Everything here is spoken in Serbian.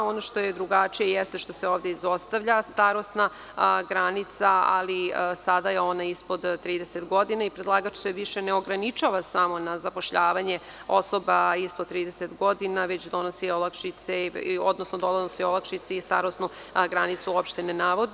Ono što je drugačije jeste što se ovde izostavlja starosna granica, ali sada je ona ispod 30 godina i predlagač se više ne ograničava samo na zapošljavanje osoba ispod 30 godina, već donosi olakšice, odnosno donosi olakšice i starosnu granicu uopšte ne navodi.